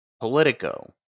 Politico